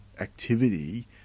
activity